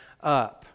up